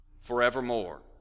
forevermore